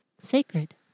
sacred